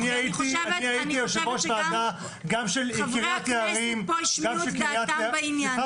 אני חושבת שגם חברי הכנסת פה השמיעו את דעתם בעניין